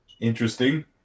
interesting